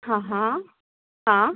हाहा हा